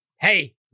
hey